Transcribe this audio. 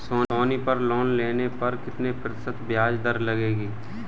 सोनी पर लोन लेने पर कितने प्रतिशत ब्याज दर लगेगी?